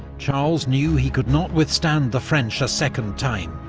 charles knew he could not withstand the french a second time,